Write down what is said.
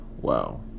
wow